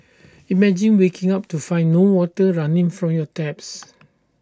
imagine waking up to find no water running from your taps